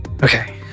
Okay